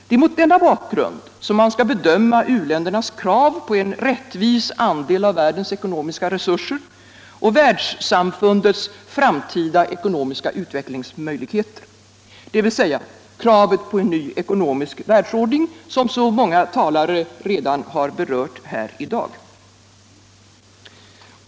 Det är mot denna bakgrund som man skall bedöma u-ländernas krav på en rättvis andel av världens ekonomiska resurser och världssamfundets framtida ekonomiska utvecklingsmöjligheter, dvs. kravet på en ny ckonomisk världsordning, som så många talare redan har berört här i dag.